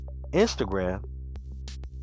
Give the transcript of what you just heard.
Instagram